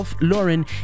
Lauren